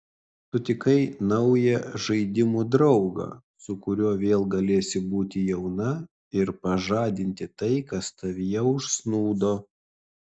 sutikai naują žaidimų draugą su kuriuo vėl galėsi būti jauna ir pažadinti tai kas tavyje užsnūdo